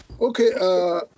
Okay